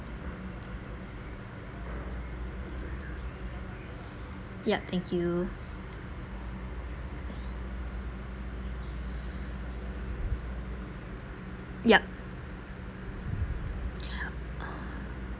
yup thank you yup